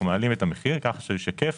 מעלים את המחיר כך שישקף